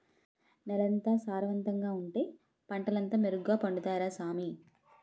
నేలెంత సారవంతంగా ఉంటే పంటలంతా మెరుగ్గ పండుతాయ్ రా సామీ